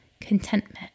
contentment